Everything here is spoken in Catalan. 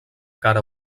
cara